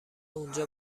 اونجا